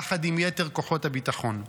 יחד עם יתר כוחות הביטחון.